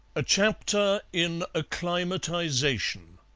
a chapter in acclimatization